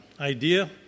idea